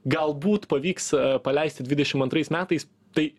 galbūt pavyks paleisti dvidešim antrais metais tai